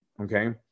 Okay